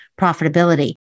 profitability